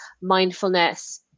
mindfulness